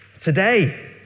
today